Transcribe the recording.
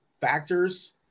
factors